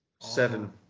Seven